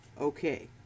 okay